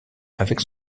avec